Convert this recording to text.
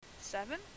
Seven